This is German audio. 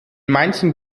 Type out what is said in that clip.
manchen